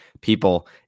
people